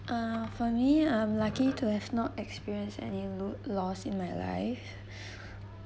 uh for me I'm lucky to have not experienced any loo~ lost in my life